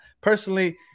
personally